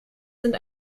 sind